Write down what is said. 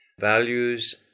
Values